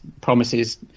promises